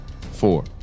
four